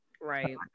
Right